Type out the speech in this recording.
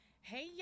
Hey